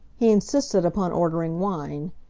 he insisted upon ordering wine.